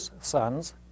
sons